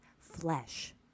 flesh